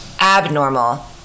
abnormal